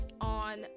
on